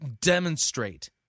demonstrate